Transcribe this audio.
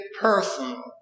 personal